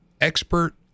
expert